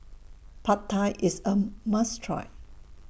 Pad Thai IS A must Try